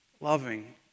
loving